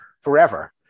forever